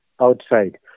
outside